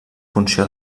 funció